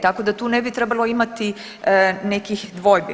Tako da tu ne bi trebalo imati nekih dvojbi.